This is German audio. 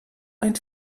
ein